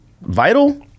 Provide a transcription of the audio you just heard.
vital